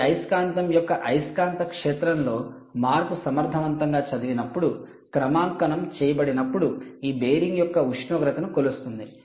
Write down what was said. ఈ అయస్కాంతం యొక్క అయస్కాంత క్షేత్రంలో మార్పు సమర్థవంతంగా చదివినప్పుడు క్రమాంకనం చేయబడినప్పుడు ఈ బేరింగ్ యొక్క ఉష్ణోగ్రతను కొలుస్తుంది